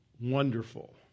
wonderful